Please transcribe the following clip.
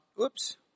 Oops